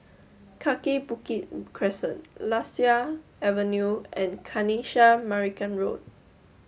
Kaki Bukit Crescent Lasia Avenue and Kanisha Marican Road